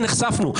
מה זה "נחשפנו"?